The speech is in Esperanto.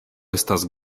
estas